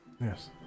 Yes